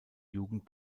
jugend